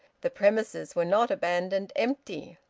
the premises were not abandoned empty.